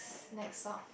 next up